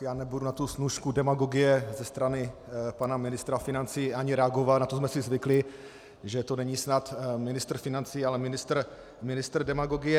Já nebudu na tu snůšku demagogie ze strany pana ministra financí ani reagovat, na to jsme si zvykli, že to není snad ministr financí, ale ministr demagogie.